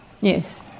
Yes